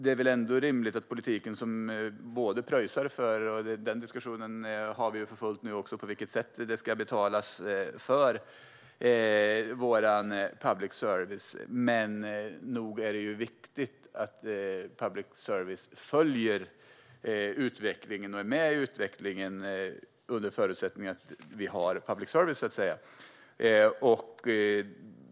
Vi har just nu en diskussion om på vilket sätt public service ska betalas för, och nog är det viktigt att public service följer utvecklingen och är med i utvecklingen, under förutsättning att vi har public service.